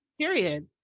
period